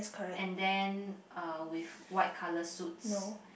and then uh with white colour suits